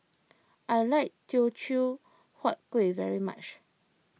I like Teochew Huat Kuih very much